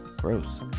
Gross